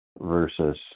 versus